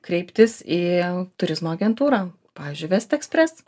kreiptis į turizmo agentūrą pavyzdžiui vestekspres